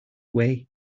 way